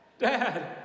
Dad